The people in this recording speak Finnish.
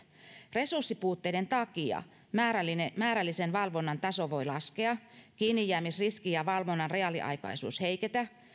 resurssipuutteiden takia määrällinen määrällinen valvonnan taso voi laskea kiinnijäämisriski ja valvonnan reaaliaikaisuus heiketä